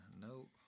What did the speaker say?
nope